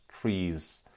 trees